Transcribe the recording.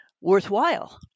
worthwhile